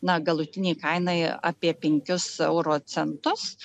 na galutinei kainai apie penkis euro centus